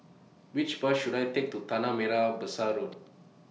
Which Bus should I Take to Tanah Merah Besar Road